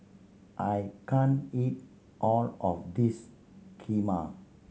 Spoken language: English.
I can't eat all of this Kheema